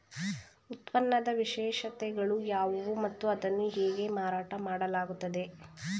ಉತ್ಪನ್ನದ ವಿಶೇಷತೆಗಳು ಯಾವುವು ಮತ್ತು ಅದನ್ನು ಹೇಗೆ ಮಾರಾಟ ಮಾಡಲಾಗುತ್ತದೆ?